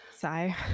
Sigh